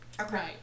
Okay